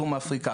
בדרום אפריקה,